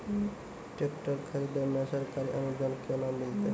Tractor खरीदै मे सरकारी अनुदान केना मिलतै?